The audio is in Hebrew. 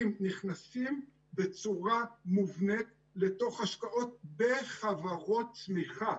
נכנסים בצורה מובנית לתוך ההשקעות דרך חברות צמיחה,